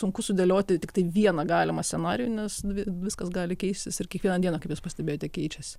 sunku sudėlioti tiktai vieną galimą scenarijų nes viskas gali keistis ir kiekvieną dieną kaip jūs pastebėjote keičiasi